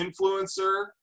influencer